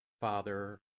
Father